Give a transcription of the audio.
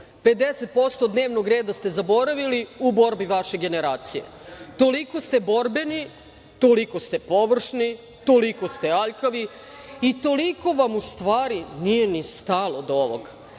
dnevnog reda ste zaboravili u borbi vaše generacije. Toliko ste borbeni, toliko ste površni, toliko ste aljkavi i toliko vam, u stvari, nije ni stalo do ovoga.